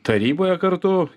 taryboje kartu